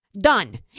Done